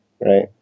right